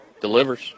delivers